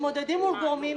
מתמודדים מול גורמים.